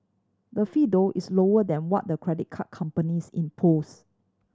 the fee though is lower than what the credit card companies impose